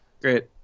Great